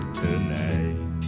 tonight